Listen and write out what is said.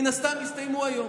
מן הסתם יסתיימו היום.